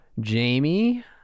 Jamie